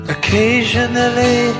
Occasionally